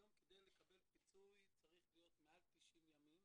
היום כדי לקבל פיצוי צריך להיות מעל 90 ימים